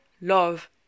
love